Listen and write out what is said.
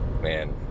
man